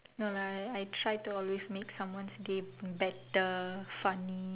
no lah I try to always make someone's day better funny